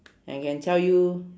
I can tell you